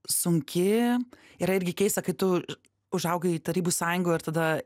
sunki yra irgi keista kai tu užaugai tarybų sąjungoj ir tada